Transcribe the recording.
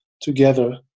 together